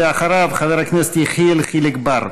אחריו, חבר הכנסת יחיאל חיליק בר.